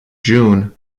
june